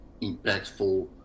impactful